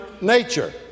nature